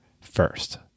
first